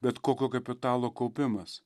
bet kokio kapitalo kaupimas